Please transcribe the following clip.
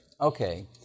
Okay